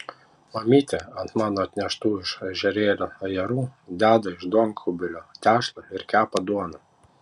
mamytė ant mano atneštų iš ežerėlio ajerų deda iš duonkubilio tešlą ir kepa duoną